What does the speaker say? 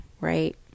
right